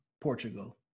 Portugal